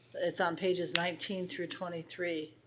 it's on pages nineteen through twenty three.